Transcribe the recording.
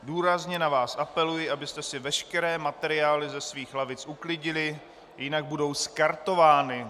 Důrazně na vás apeluji, abyste si veškeré materiály ze svých lavic uklidili, jinak budou skartovány.